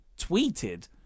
tweeted